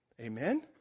Amen